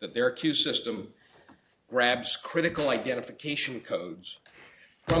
that their q system grabs critical identification codes from the